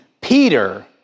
Peter